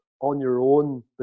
on-your-own